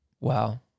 Wow